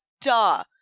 Duh